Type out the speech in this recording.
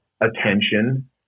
attention